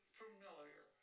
familiar